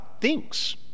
thinks